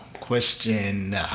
Question